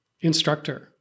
instructor